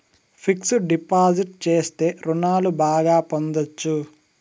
fixed deposit చేస్తే రుణాలు బాగా పొందొచ్చు